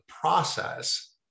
process